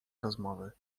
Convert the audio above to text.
rozmowy